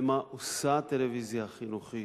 למה עושה הטלוויזיה החינוכית,